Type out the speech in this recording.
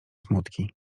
smutki